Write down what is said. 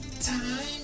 Time